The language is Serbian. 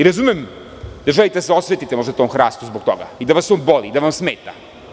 Razumem da želite da se osvetite možda tom hrastu zbog toga i da vas on boli, da vam on smeta.